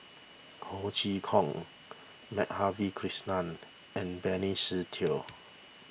Ho Chee Kong Madhavi Krishnan and Benny Teo